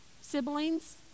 siblings